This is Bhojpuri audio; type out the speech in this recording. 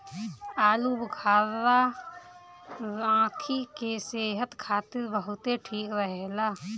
आलूबुखारा आंखी के सेहत खातिर बहुते ठीक रहेला